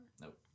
Nope